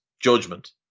Judgment